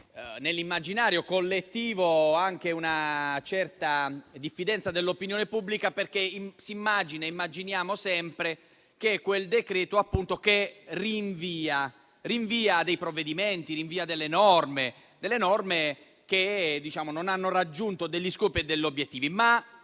nell'immaginario collettivo anche una certa diffidenza dell'opinione pubblica. Immaginiamo sempre infatti che esso rinvia dei provvedimenti o delle norme che non hanno raggiunto degli scopi e degli obiettivi.